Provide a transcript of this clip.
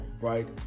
right